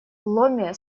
ломе